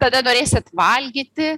tada norėsit valgyti